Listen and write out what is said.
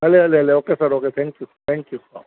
हले हले हले okay sir okay thank you thank you